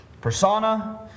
persona